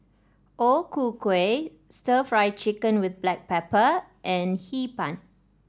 O Ku Kueh stir Fry Chicken with Black Pepper and Hee Pan